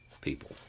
people